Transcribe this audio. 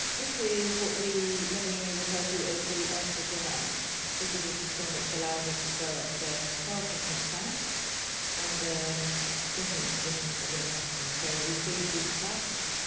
this is what we lovingly refer to as the artificial mouth. this is a system that allows us to grow up to twelve different plaques under different conditions that we're testing. so we feed these plaques.